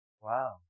Wow